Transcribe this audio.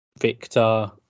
victor